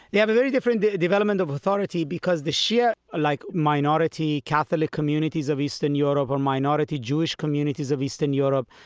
have a very different development of authority because the shia are like minority catholic communities of eastern europe or minority jewish communities of eastern europe.